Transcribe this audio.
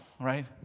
right